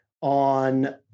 on